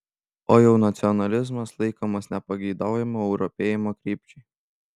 o jau nacionalizmas laikomas nepageidaujamu europėjimo krypčiai